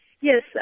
Yes